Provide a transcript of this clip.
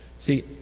See